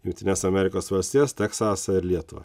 jungtines amerikos valstijas teksasą ir lietuvą